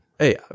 Hey